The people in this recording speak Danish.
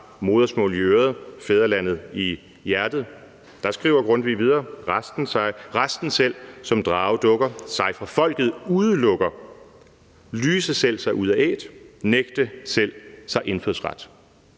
modersmålet i øret og fædrelandet i hjertet. Der skriver Grundtvig videre: »Resten selv som Dragedukker/Sig fra Folket udelukker,/Lyse selv sig ud af Æt/Nægte selv sig Indfødsret!«.